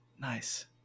Nice